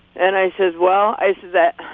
and i says, well i says,